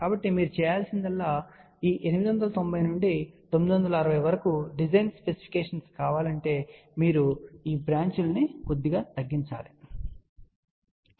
కాబట్టి మీరు చేయవలసిందల్లా మీరు 890 నుండి 960 వరకు డిజైన్ స్పెసిఫికేషన్ కావాలంటే మీరు ఈ బ్రాంచ్ లను కొద్దిగా తగ్గించాలి సరే